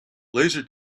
laser